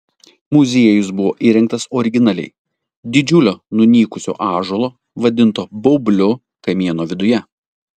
muziejus buvo įrengtas originaliai didžiulio nunykusio ąžuolo vadinto baubliu kamieno viduje